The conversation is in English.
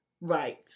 right